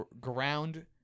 ground